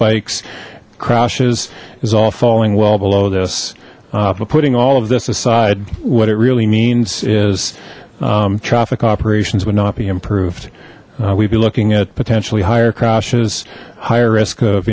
bikes crashes is all falling well below this but putting all of this aside what it really means is traffic operations would not be improved we'd be looking at potentially higher crashes higher risk of